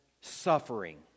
suffering